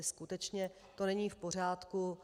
Skutečně to není v pořádku.